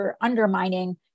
undermining